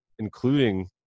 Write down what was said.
including